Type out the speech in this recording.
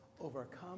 overcome